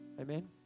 Amen